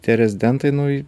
tie rezidentai nauji